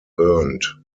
earned